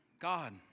God